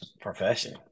profession